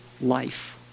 life